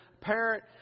parent